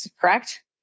correct